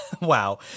Wow